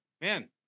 man